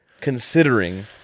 considering